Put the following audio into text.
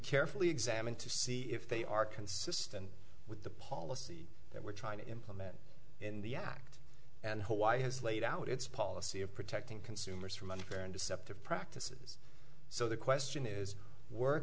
carefully examined to see if they are consistent with the policy they were trying to implement in the act and why has laid out its policy of protecting consumers from unfair and deceptive practices so the question is work